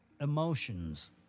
emotions